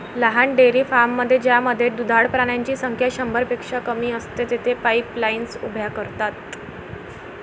लहान डेअरी फार्ममध्ये ज्यामध्ये दुधाळ प्राण्यांची संख्या शंभरपेक्षा कमी असते, तेथे पाईपलाईन्स उभ्या करतात